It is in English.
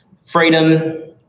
freedom